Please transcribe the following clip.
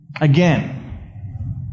Again